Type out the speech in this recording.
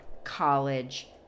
college